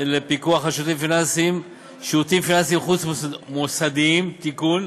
פיקוח על שירותים פיננסיים חוץ-מוסדיים (תיקון)